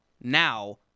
now